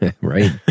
right